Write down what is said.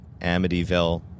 Amityville